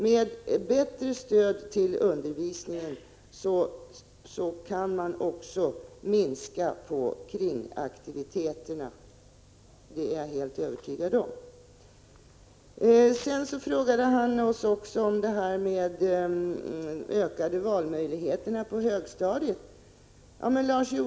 Med ett bättre stöd till undervisningen kan man minska kringaktiviteterna — det är jag helt övertygad om. Sedan frågade Larz Johansson oss om de ökade valmöjligheterna på högstadiet.